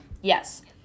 Yes